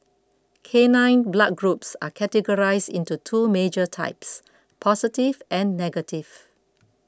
canine blood groups are categorised into two major types positive and negative